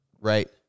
right